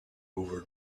over